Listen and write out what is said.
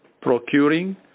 procuring